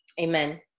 Amen